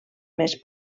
més